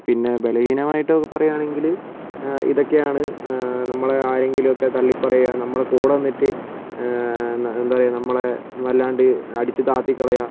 പിന്നെ ബലഹീനമായിട്ട് പറയുകയാണെങ്കിൽ ഇതൊക്കെയാണ് നമ്മളെ ആരെങ്കിലുമൊക്കെ തള്ളിപ്പറയാ നമ്മുടെ കൂടെ നിന്നിട്ട് എന്താ പറയാ നമ്മളെ വല്ലാണ്ട് അടിച്ച് താത്തികളയുക